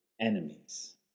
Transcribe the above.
Enemies